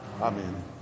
Amen